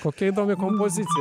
kokia įdomia kompozicija